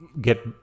get